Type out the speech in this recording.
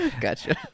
Gotcha